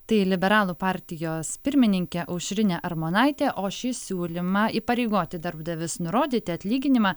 tai liberalų partijos pirmininkė aušrinė armonaitė o šį siūlymą įpareigoti darbdavius nurodyti atlyginimą